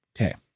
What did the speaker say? Okay